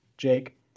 Jake